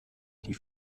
die